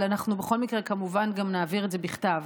אבל בכל מקרה אנחנו כמובן גם נעביר את זה בכתב.